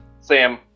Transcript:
Sam